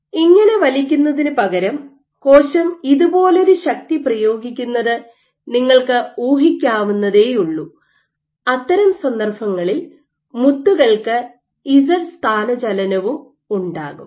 ഇങ്ങനെ വലിക്കുന്നതിനുപകരം കോശം ഇതുപോലൊരു ശക്തി പ്രയോഗിക്കുന്നത് നിങ്ങൾക്ക് ഊഹിക്കാവുന്നതേയുള്ളൂ അത്തരം സന്ദർഭങ്ങളിൽ മുത്തുകൾക്ക് ഇസഡ് സ്ഥാനചലനവും ഉണ്ടാകും